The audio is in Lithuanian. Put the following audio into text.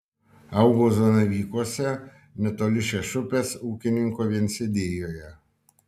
augau zanavykuose netoli šešupės ūkininko viensėdijoje